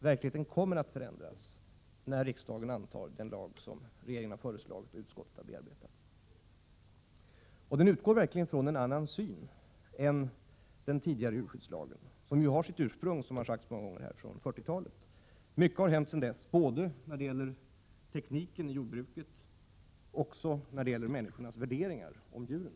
Verkligheten kommer att förändras, när riksdagen antar den lag som regeringen har föreslagit och utskottet har bearbetat. Den nya lagen utgår verkligen från en annan syn än den som finns bakom den hittillsvarande djurskyddslagen, som har sitt ursprung i 40-talet, vilket har sagts här många gånger. Mycket har hänt sedan dess, både när det gäller tekniken i jordbruket och när det gäller människors värderingar om djuren.